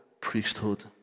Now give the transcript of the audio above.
priesthood